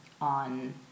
on